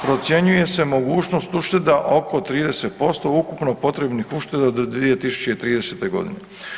Procjenjuje se mogućnost ušteda oko 30% ukupno potrebnih ušteda do 2030. godine.